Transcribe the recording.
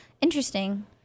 Interesting